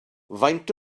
faint